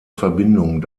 verbindung